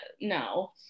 no